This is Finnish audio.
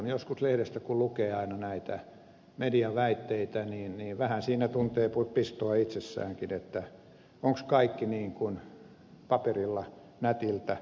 joskus lehdestä kun lukee näitä median väitteitä niin vähän siinä tuntee pistoa itsessäänkin että onko kaikki niin kuin paperilla nätiltä näyttää